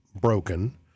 broken